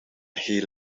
heel